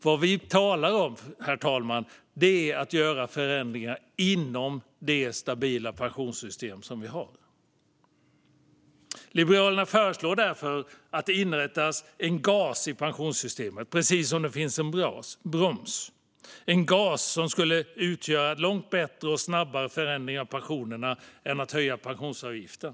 Vad vi talar om, herr talman, är att göra förändringar inom det stabila pensionssystem som vi har. Liberalerna föreslår därför att det inrättas en gas i pensionssystemet precis som det finns en broms. En gas skulle utgöra en långt bättre och snabbare förändring av pensionerna än om man höjde pensionsavgiften.